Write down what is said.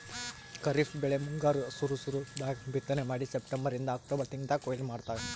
ಖರೀಫ್ ಬೆಳಿ ಮುಂಗಾರ್ ಸುರು ಸುರು ದಾಗ್ ಬಿತ್ತನೆ ಮಾಡಿ ಸೆಪ್ಟೆಂಬರಿಂದ್ ಅಕ್ಟೋಬರ್ ತಿಂಗಳ್ದಾಗ್ ಕೊಯ್ಲಿ ಮಾಡ್ತಾರ್